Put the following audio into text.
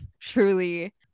Truly